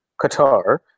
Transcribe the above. Qatar